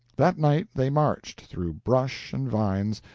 that night they marched, through brush and vines,